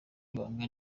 ibanga